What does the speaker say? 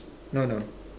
no no